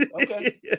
okay